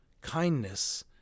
Kindness